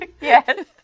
Yes